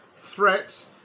Threats